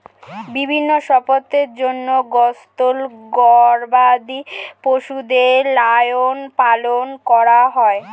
বিভিন্ন সম্পদের জন্যে গৃহস্থ গবাদি পশুদের লালন পালন করা হয়